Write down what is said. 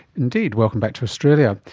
indeed, welcome back to australia.